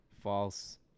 False